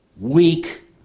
weak